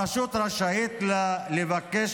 הרשות רשאית לבקש